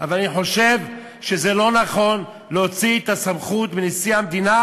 אבל אני חושב שזה לא נכון להוציא את הסמכות מנשיא המדינה,